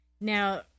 Now